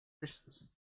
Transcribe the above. Christmas